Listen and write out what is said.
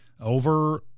over